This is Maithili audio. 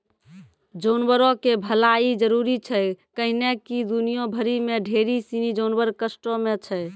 जानवरो के भलाइ जरुरी छै कैहने कि दुनिया भरि मे ढेरी सिनी जानवर कष्टो मे छै